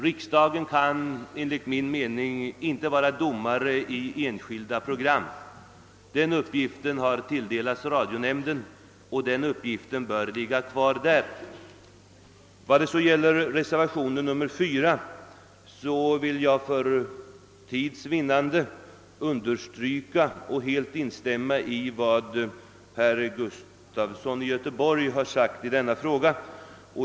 Riksdagen kan enligt min mening inte vara domare i fråga om enskilda program. Den uppgiften har tilldelats radionämnden och den bör ligga kvar där. Vad beträffar reservationen 4 vill jag för tids vinnande understryka och helt instämma i vad herr Gustafson i Göteborg har anfört.